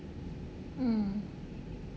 mm